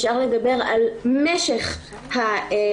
אפשר לדבר על משך הפגיעה,